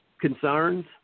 concerns